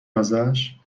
ازش